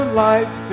life